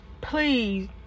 please